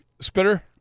spitter